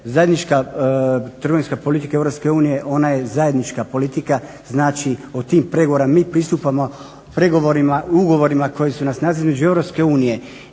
zajednička trgovinska politika EU ona je zajednička politika. Znači, od tih pregovora mi pristupamo pregovorima i ugovorima koji su na snazi između EU